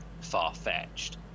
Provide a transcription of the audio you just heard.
far-fetched